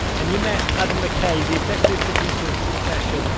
and you met adam mckay, the executive producer of succession,